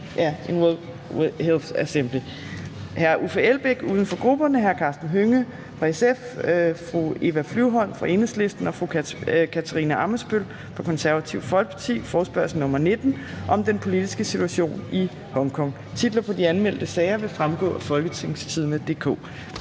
i World Health Assembly).